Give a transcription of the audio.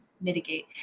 mitigate